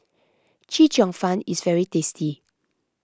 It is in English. Chee Cheong Fun is very tasty